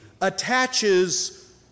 attaches